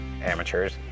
Amateurs